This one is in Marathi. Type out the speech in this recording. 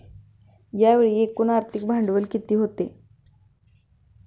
यावेळी एकूण आर्थिक भांडवल किती होते?